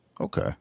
Okay